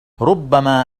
ربما